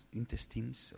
intestines